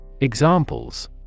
Examples